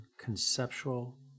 conceptual